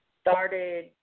Started